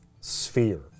sphere